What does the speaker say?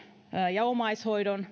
ja omaishoidon